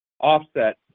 offset